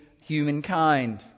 humankind